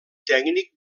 tècnic